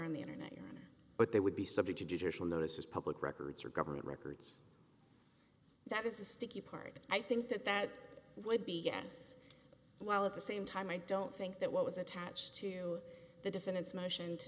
on the internet but they would be subject to judicial notices public records or government records that is the sticky part i think that that would be yes while at the same time i don't think that what was attached to the defendants motion to